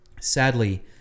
Sadly